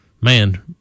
man